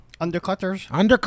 undercutters